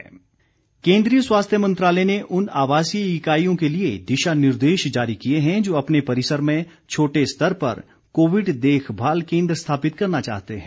दिशा निर्देश केन्द्रीय स्वास्थ्य मंत्रालय ने उन आवासीय इकाइयों के लिए दिशा निर्देश जारी किये हैं जो अपने परिसर में छोटे स्तर पर कोविड देखभाल केन्द्र स्थापित करना चाहते हैं